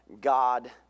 God